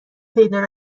پیدا